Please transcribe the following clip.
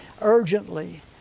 urgently